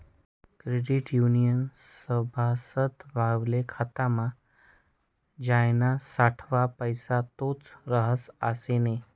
credit युनियननं सभासद व्हवाले खातामा ज्याना सावठा पैसा तोच रहास आशे नै